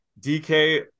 dk